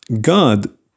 god